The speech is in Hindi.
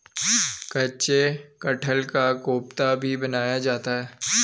कच्चे कटहल का कोफ्ता भी बनाया जाता है